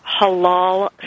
halal